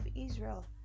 Israel